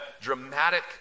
dramatic